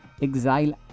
Exile